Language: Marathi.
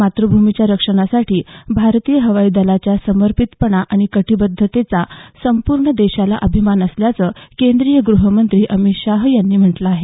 मातृभूमीच्या रक्षणासाठी भारतीय हवाई दलाच्या समर्पितपणा आणि कटिबद्धतेचा संपूर्ण देशाला अभिमान असल्याचं केंद्रीय गृहमंत्री अमित शाह यांनी म्हटलं आहे